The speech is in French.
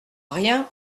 rien